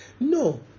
no